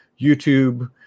YouTube